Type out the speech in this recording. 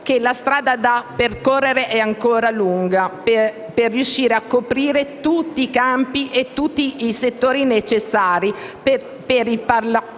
la strada da percorrere è ancora lunga per riuscire a coprire tutti i campi e tutti i settori necessari per il Parlamento,